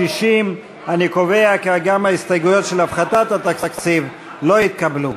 60. אני קובע כי גם ההסתייגויות של הפחתת התקציב לא התקבלו.